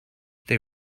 they